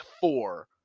four